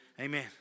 Amen